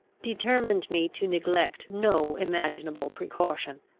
determined me to neglect no imaginable precaution.